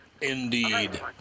indeed